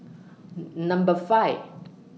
Number five